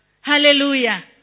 Hallelujah